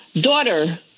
daughter